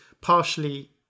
partially